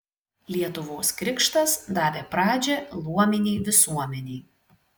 lietuvos krikštas davė pradžią luominei visuomenei